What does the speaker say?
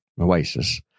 oasis